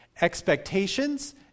expectations